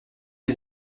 est